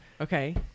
Okay